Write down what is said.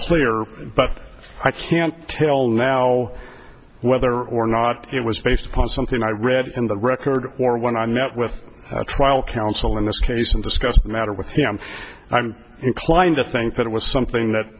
clear but i can't tell now whether or not it was based upon something i read in the record or when i met with a trial counsel in this case and discussed the matter with him i'm inclined to think that it was something that